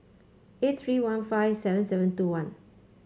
eight three one five seven seven two one